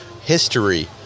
history